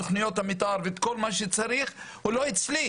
תוכניות המתאר ואת כל מה שצריך הוא לא אצלי.